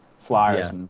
Flyers